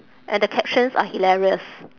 and the captions are hilarious